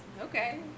Okay